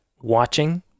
watching